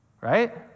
right